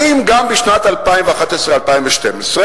בשנת 2011 2012,